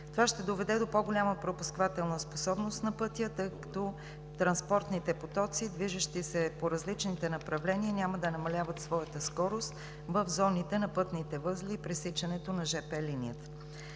Това ще доведе до по-голяма пропускателна способност на пътя, тъй като транспортните потоци, движещи се по различните направления, няма да намаляват своята скорост в зоните на пътните възли и пресичането на жп линията.